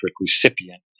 recipient